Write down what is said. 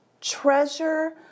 Treasure